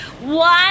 One